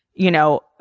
you know,